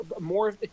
more